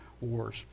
wars